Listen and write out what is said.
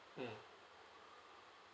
mm